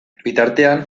bitartean